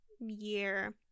year